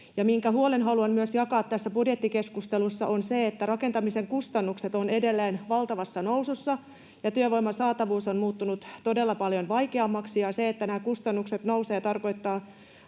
Sen huolen haluan myös jakaa tässä budjettikeskustelussa, että rakentamisen kustannukset ovat edelleen valtavassa nousussa ja työvoiman saatavuus on muuttunut todella paljon vaikeammaksi. Se, että nämä kustannukset nousevat, tarkoittaa